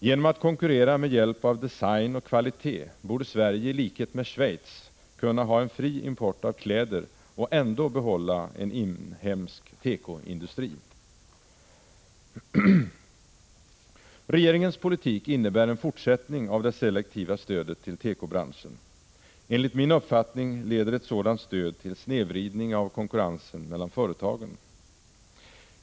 Genom att konkurrera med hjälp av design och kvalitet borde Sverige i likhet med Schweiz kunna ha en fri import av kläder och ändå behålla en inhemsk tekoindustri. Regeringens politik innebär en fortsättning på systemet med det selektiva stödet till tekobranschen. Enligt min uppfattning leder ett sådant stöd till snedvridning av konkurrensen mellan företagen.